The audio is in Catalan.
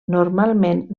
normalment